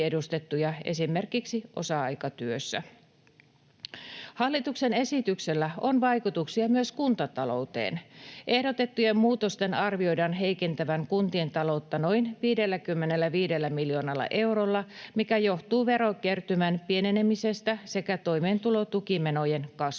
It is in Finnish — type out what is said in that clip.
esimerkiksi osa-aikatyössä. Hallituksen esityksellä on vaikutuksia myös kuntatalouteen. Ehdotettujen muutosten arvioidaan heikentävän kuntien taloutta noin 55 miljoonalla eurolla, mikä johtuu verokertymän pienenemisestä sekä toimeentulotukimenojen kasvusta.